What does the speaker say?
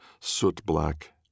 soot-black